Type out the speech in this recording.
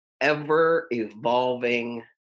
ever-evolving